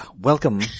Welcome